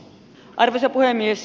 arvoisa puhemies